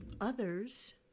others